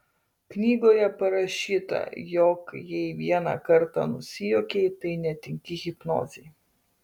knygoje parašyta jog jei vieną kartą nusijuokei tai netinki hipnozei